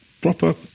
proper